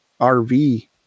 RV